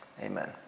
amen